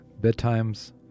Bedtimes